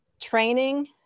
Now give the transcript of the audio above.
training